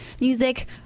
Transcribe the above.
music